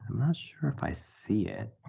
not sure i see it.